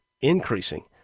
increasing